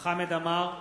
חמד עמאר,